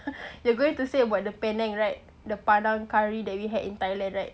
you're going to say about the penang right the padang kari that we had in Thailand right